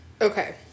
Okay